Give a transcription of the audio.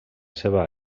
seva